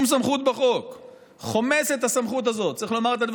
היא המשך טבעי לחיזוק וביצור החקלאים בישראל